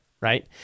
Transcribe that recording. right